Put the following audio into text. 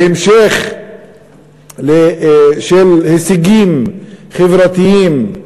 בהמשך של הישגים חברתיים,